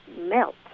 melt